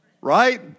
right